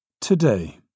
Today